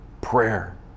prayer